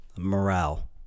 morale